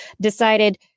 decided